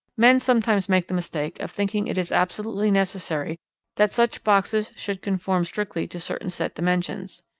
men sometimes make the mistake of thinking it is absolutely necessary that such boxes should conform strictly to certain set dimensions.